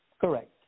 Correct